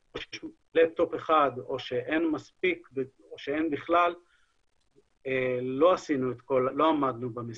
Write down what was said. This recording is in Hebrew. לפטופ אחד או שאין מספיק או שאין בכלל לא עמדנו במשימה.